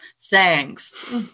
thanks